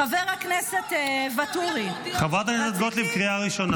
אבל מה לעשות שיש עוד חברי כנסת במליאה.